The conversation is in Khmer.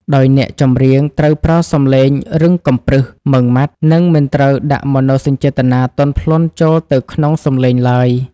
ដោយអ្នកចម្រៀងត្រូវប្រើសម្លេងរឹងកំព្រឹស ម៉ឺងម៉ាត់ និងមិនត្រូវដាក់មនោសញ្ចេតនាទន់ភ្លន់ចូលទៅក្នុងសម្លេងឡើយ។